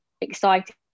exciting